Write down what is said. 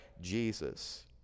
Jesus